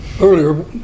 earlier